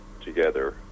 together